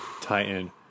Titan